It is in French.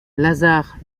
lazare